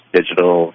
digital